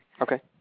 Okay